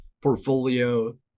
portfolio